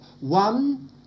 One